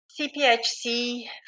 CPHC